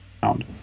found